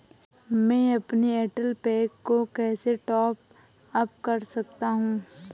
मैं अपने Airtel pack को कैसे टॉप अप कर सकता हूँ?